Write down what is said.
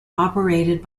operated